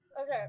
Okay